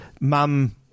mum